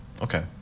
Okay